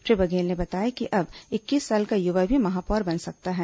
श्री बघेल ने बताया कि अब इक्कीस साल का युवा भी महापौर बन सकता है